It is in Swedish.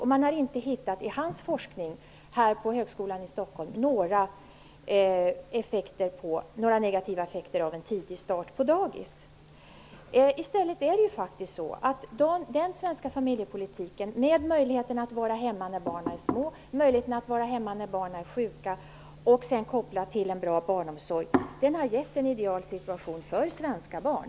Han har i sin forskning på Högskolan för lärarutbildning i Stockholm inte hittat några negativa effekter av en tidig start på dagis. I stället är det faktiskt så att den svenska familjepolitiken med möjligheten att få en bra barnomsorg och att vara hemma när barnen är sjuka har lett till en ideal situation för svenska barn.